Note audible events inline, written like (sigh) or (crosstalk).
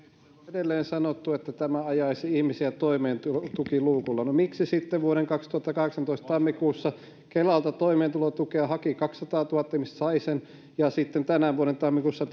edelleen sanottu että tämä ajaisi ihmisiä toimeentulotukiluukulle miksi sitten vuoden kaksituhattakahdeksantoista tammikuussa kelalta toimeentulotukea haki kaksisataatuhatta ihmistä ja sai sen ja sitten tämän vuoden tammikuussa (unintelligible)